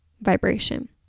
vibration